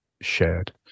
shared